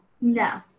No